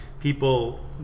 people